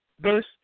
verse